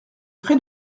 frais